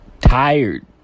tired